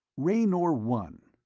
raynor one.